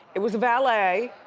it was a valet.